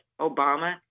Obama